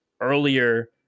earlier